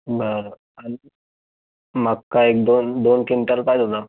बरं आणि मका एक दोन दोन क्विंटल पाहिजे होता